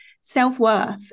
self-worth